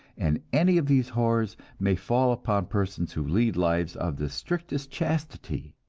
and any of these horrors may fall upon persons who lead lives of the strictest chastity.